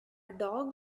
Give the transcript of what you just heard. dog